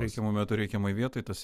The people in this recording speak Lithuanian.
reikiamu metu reikiamoj vietoj tas